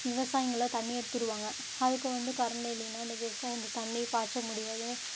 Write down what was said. விவசாயிங்கள்லாம் தண்ணி எடுத்து விடுவாங்க அதுக்கு வந்து கரண்டு இல்லைன்னா அந்த விவசாயம் அந்த தண்ணி பாய்ச்ச முடியாது